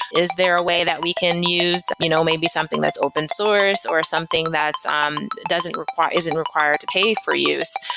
is there a way that we can use you know maybe something that's open source, or something that um doesn't require isn't required to pay for use,